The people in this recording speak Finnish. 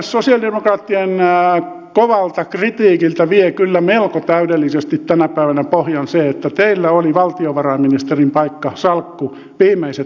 sosialidemokraattien kovalta kritiikiltä vie kyllä melko täydellisesti tänä päivänä pohjan se että teillä oli valtiovarainministerin salkku viimeiset neljä vuotta